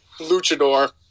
luchador